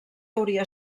hauria